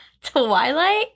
twilight